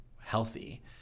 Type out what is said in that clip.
healthy